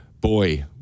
Boy